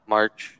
March